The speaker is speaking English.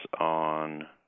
on